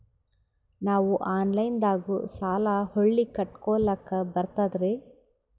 ನಾವು ಆನಲೈನದಾಗು ಸಾಲ ಹೊಳ್ಳಿ ಕಟ್ಕೋಲಕ್ಕ ಬರ್ತದ್ರಿ?